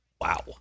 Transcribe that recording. Wow